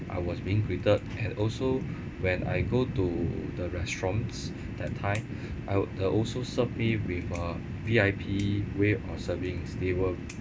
I was being greeted and also when I go to the restaurants that time I they also served me with a V_I_P way of servings they were